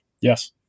Yes